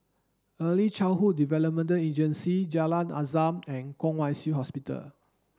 Early Childhood Development Agency Jalan Azam and Kwong Wai Shiu Hospital